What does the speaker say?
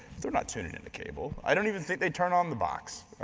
they're not tuning into cable. i don't even think they'd turn on the box.